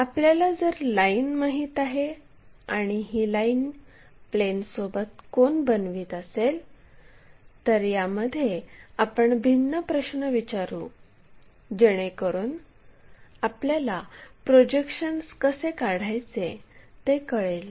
आपल्याला जर लाईन माहित आहे आणि ही लाईन प्लेनसोबत कोन बनवित असेल तर यामध्ये आपण भिन्न प्रश्न विचारू जेणेकरून आपल्याला प्रोजेक्शन्स कसे काढायचे ते कळेल